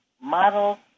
model